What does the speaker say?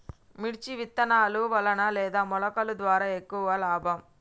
మిర్చి విత్తనాల వలన లేదా మొలకల ద్వారా ఎక్కువ లాభం?